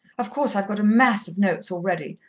of course, i've got a mass of notes already.